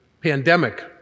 pandemic